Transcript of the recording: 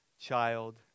child